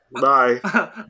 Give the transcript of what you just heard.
Bye